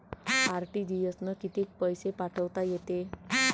RTGS न कितीक पैसे पाठवता येते?